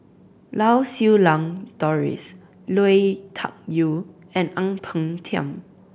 Lau Siew Lang Doris Lui Tuck Yew and Ang Peng Tiam